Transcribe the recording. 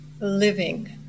living